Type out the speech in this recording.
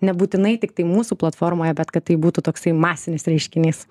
nebūtinai tiktai mūsų platformoje bet kad tai būtų toksai masinis reiškinys